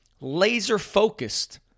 laser-focused